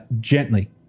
gently